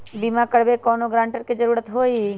बिमा करबी कैउनो गारंटर की जरूरत होई?